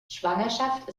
schwangerschaft